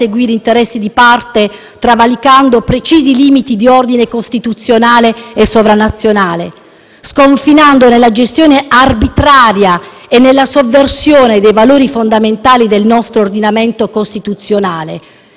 sconfinando nella gestione arbitraria e nella sovversione dei valori fondamentali del nostro ordinamento costituzionale. È uno scenario intollerabile per una democrazia liberale e per uno Stato civile come il nostro.